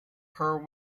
her